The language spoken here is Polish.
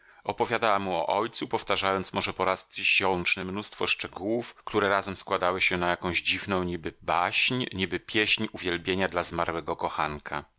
o ojcu powtarzając może po raz tysiączny mnóstwo szczegółów które razem składały się na jakąś dziwną niby baśń niby pieśń uwielbienia dla zmarłego kochanka